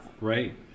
Right